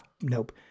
nope